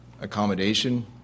accommodation